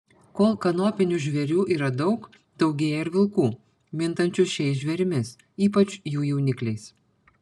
kol kanopinių žvėrių yra daug daugėja ir vilkų mintančių šiais žvėrimis ypač jų jaunikliais